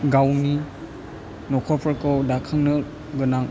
गावनि नखरफोरखौ दाखांनो गोनां